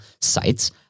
sites